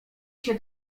się